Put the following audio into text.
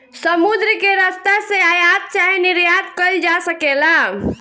समुद्र के रस्ता से आयात चाहे निर्यात कईल जा सकेला